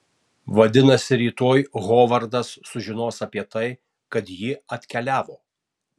vadinasi rytoj hovardas sužinos apie tai kad ji atkeliavo